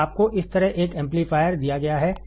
तो आपको इस तरह एक एम्पलीफायर दिया गया है